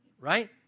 right